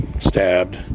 stabbed